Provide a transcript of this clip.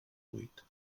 vuit